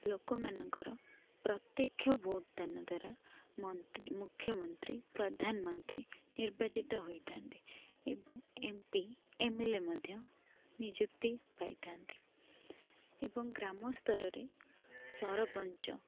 ଲୋକମାନଙ୍କର ପ୍ରତ୍ୟକ୍ଷ ଭୋଟଦାନ ଦ୍ଵାରା ମନ୍ତ୍ରୀ ମୁଖ୍ୟମନ୍ତ୍ରୀ ପ୍ରଧାନମନ୍ତ୍ରୀ ନିର୍ବାଚିତ ହୋଇଥାନ୍ତି ଏବଂ ଏମ ପି ଏମେଲେ ମଧ୍ୟ ନିଯୁକ୍ତି ପାଇଥାନ୍ତି ଏବଂ ଗ୍ରାମସ୍ତରରେ ସରପଞ୍ଚ